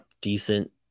decent